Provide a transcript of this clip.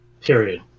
period